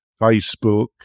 Facebook